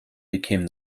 became